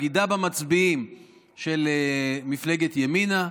בגידה במצביעים של מפלגת ימינה,